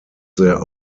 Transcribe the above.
their